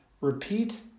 repeat